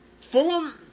Fulham